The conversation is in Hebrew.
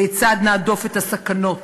כיצד נהדוף את הסכנות